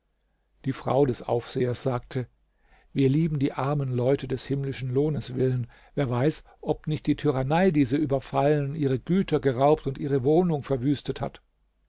die frau des aufsehers sagte wir lieben die armen leute des himmlischen lohnes willen wer weiß ob nicht die tyrannei diese überfallen ihre güter geraubt und ihre wohnung verwüstet hat